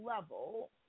level